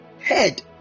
head